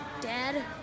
Dad